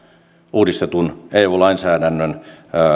uudistetun eu lainsäädännön